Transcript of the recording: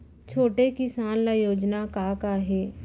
छोटे किसान ल योजना का का हे?